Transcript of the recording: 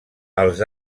els